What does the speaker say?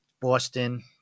Boston